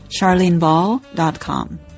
charleneball.com